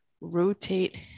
rotate